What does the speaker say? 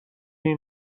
این